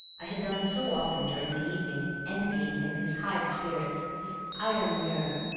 i had done so often during the evening, envying him his high spirits, his iron nerve,